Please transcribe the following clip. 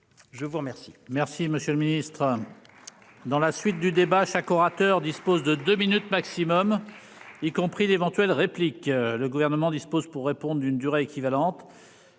Je vous remercie,